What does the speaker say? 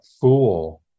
fool